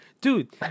dude